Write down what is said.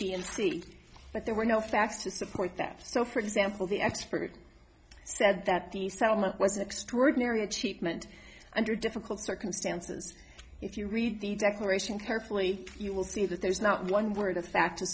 c but there were no facts to support that so for example the expert said that the settlement was an extraordinary achievement under difficult circumstances if you read the declaration carefully you will see that there's not one word of fact t